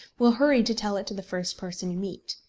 will hurry to tell it to the first person you meet.